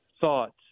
thoughts